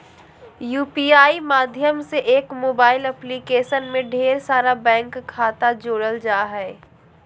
UPI माध्यम से एक मोबाइल एप्लीकेशन में ढेर सारा बैंक खाता जोड़ल जा हय